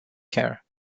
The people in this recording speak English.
care